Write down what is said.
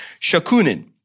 shakunin